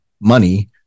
money